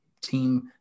team